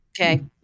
Okay